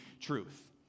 truth